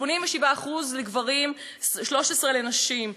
תמיכה בקבוצות ספורט 87% לגברים, 13% לנשים.